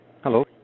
Hello